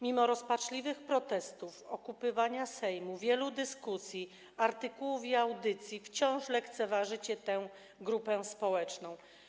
Mimo rozpaczliwych protestów, okupowania Sejmu, wielu dyskusji, artykułów i audycji wciąż lekceważycie tę grupę społeczną.